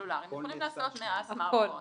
סלולריים יכולים להיעשות --- ולכן,